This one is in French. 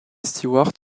stewart